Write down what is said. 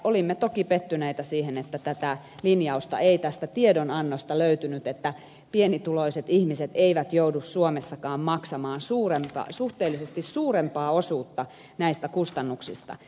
olimme toki pettyneitä siihen että tätä linjausta ei tästä tiedonannosta löytynyt että pienituloiset ihmiset eivät joudu suomessakaan maksamaan suhteellisesti suurempaa osuutta näistä kustannuksista